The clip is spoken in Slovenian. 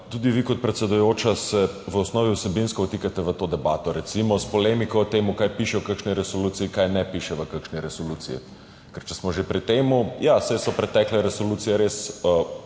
tudi vi kot predsedujoča se v osnovi vsebinsko vtikate v to debato, recimo s polemiko o tem, kaj piše v kakšni resoluciji, kaj ne piše v kakšni resoluciji. Ker če smo že pri tem, ja saj so pretekle resolucije res